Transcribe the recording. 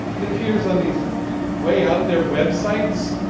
it appears on these you know way out there websites,